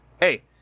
hey